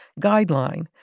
Guideline